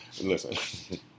Listen